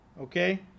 okay